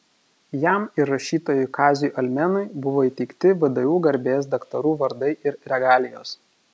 jam ir rašytojui kaziui almenui buvo įteikti vdu garbės daktarų vardai ir regalijos